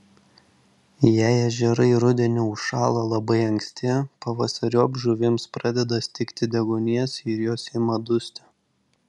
jei ežerai rudenį užšąla labai anksti pavasariop žuvims pradeda stigti deguonies ir jos ima dusti